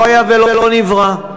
לא היה ולא נברא,